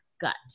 gut